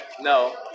No